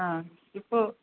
हा इपो